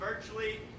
virtually